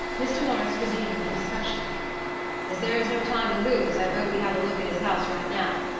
mr. morris resumed the discussion as there is no time to lose, i vote we have a look at his house right now.